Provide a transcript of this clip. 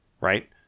right